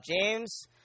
James